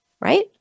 right